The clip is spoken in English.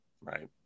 right